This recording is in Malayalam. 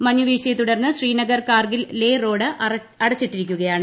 മഞ്ഞു വീഴ്ചയെ തുടർന്ന് ശ്രീനഗർ കാർഗിൽ ലേ റോഡ് അടച്ചിട്ടിരിക്കുകയാണ്